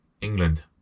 England